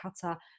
cutter